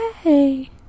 Hey